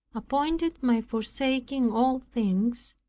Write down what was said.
appointed my forsaking all things,